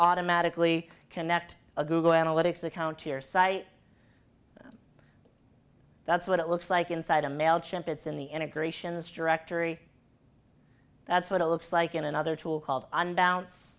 automatically connect a google analytics account to your site that's what it looks like inside a mail chimp it's in the integrations directory that's what it looks like in another tool called unbalance